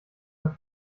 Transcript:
der